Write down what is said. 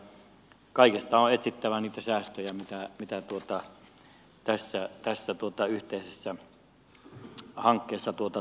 kaikesta on etsittävä niitä säästöjä mitä tässä yhteisessä hankkeessa tarvitaan